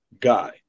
guy